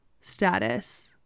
status